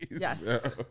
Yes